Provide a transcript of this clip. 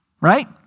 right